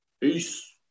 Peace